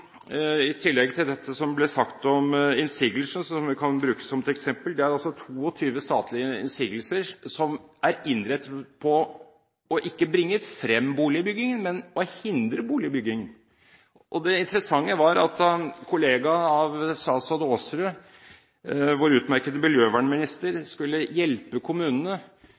i tillegg til det som ble sagt om innsigelse – som vi kan bruke som et eksempel: Det er altså 22 statlige innsigelser som er innrettet på ikke å bringe frem boligbyggingen, men å hindre boligbygging. Det interessante var at da en kollega av statsråd Aasrud, nemlig vår utmerkede miljøvernminister, skulle hjelpe kommunene